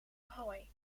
prooi